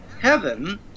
heaven